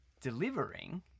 delivering